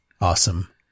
awesome